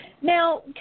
Now